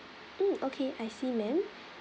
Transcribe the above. mm okay I see ma'am